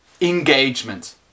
engagement